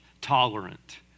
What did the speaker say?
Tolerant